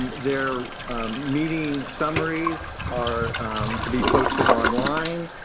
their meeting summaries are to be posted online.